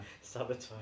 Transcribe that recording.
Sabotage